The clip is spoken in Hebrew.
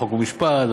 חוק ומשפט,